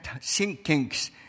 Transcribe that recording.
sinkings